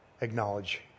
acknowledge